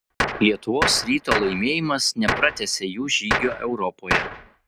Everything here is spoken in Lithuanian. lietuvos ryto laimėjimas nepratęsė jų žygio europoje